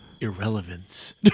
irrelevance